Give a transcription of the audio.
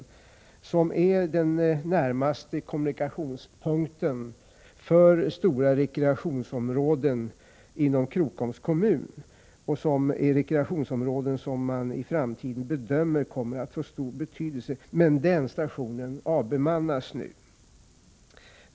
Nälden är den närmaste kommunikationspunkten för stora rekreations områden inom Krokoms kommun — rekreationsområden som man bedömer kommer att få stor betydelse i framtiden. Den stationen avbemannas nu.